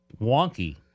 Wonky